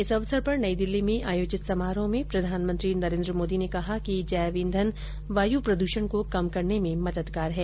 इस अवसर पर नई दिल्ली में आयोजित समारोह में प्रधानमंत्री नरेंद्र मोदी ने कहा कि जैव ईंधन वायु प्रदूषण को कम करने में मददगार है